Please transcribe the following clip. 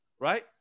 right